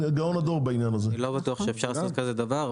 אני לא בטוח שאפשר לעשות כזה דבר.